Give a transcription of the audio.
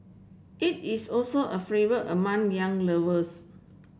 it is also a among young lovers